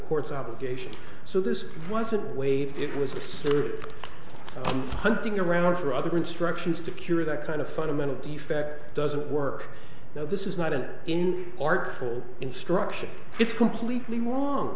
court's obligation so this wasn't waived it was asserted i'm hunting around for other instructions to cure that kind of fundamental defect doesn't work now this is not an in artful instruction it's completely wrong